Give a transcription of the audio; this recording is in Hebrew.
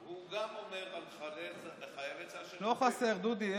גם הוא אומר על חיילי צה"ל שהם, לא חסר, דודי.